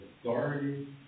authority